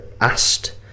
asked